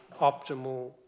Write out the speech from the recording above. optimal